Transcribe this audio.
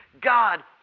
God